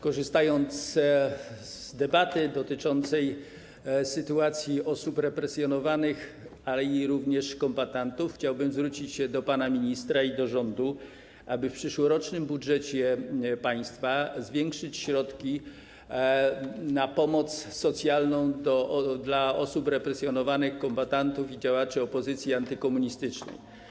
Korzystając z debaty dotyczącej sytuacji osób represjonowanych, również kombatantów, chciałbym zwrócić się do pana ministra i do rządu, aby w przeszłorocznym budżecie państwa zwiększyć środki na pomoc socjalną dla osób represjonowanych, kombatantów i działaczy opozycji antykomunistycznej.